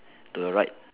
to the right